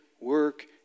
work